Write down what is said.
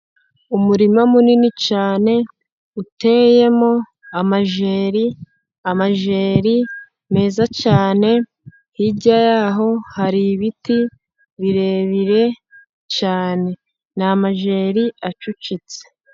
Umurima munini cyane uteyemo amajeri, amajeri meza cyane, hirya y'aho hari ibiti birebire cyane, n'amajeri acucitse.